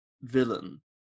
villain